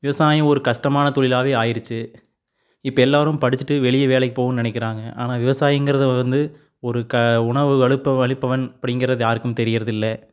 விவசாயம் ஒரு கஷ்டமான தொழிலாகவே ஆகிருச்சி இப்போ எல்லோரும் படிச்சிட்டு வெளியே வேலைக்கு போகனும்னு நினைக்கிறாங்க ஆனால் விவசாயிங்கிறது வந்து ஒரு க ஒரு உணவு உழவு அளிப்பவன் அப்படிங்குறது யாருக்கும் தெரிகிறதில்ல